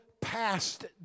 past